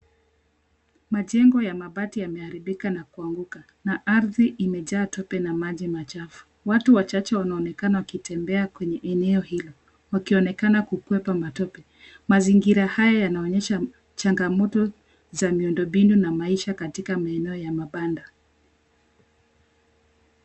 Majengo ya mabati yameharibika na kuanguka na ardhi imejaa tope na maji machafu. Watu wachache wanaonekana wakitembea kwenye eneo hilo, wakionekana kukwepa matope. Mazingira haya yanaonyesha changamoto za miundombinu na maisha katika maeneo ya mabanda.